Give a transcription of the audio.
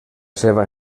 seva